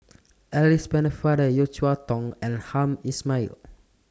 Alice Pennefather Yeo Cheow Tong and Hamed Ismail